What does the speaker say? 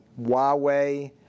Huawei